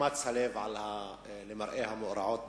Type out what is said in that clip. נחמץ הלב למראה המאורעות בשפרעם,